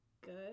good